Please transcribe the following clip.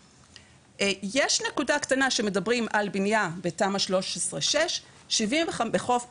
יש נקודה קטנה שמדברים על בנייה בתמ"א 6/13 בחוף פולג,